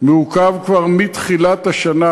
מעוכב כבר מתחילת השנה,